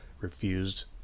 refused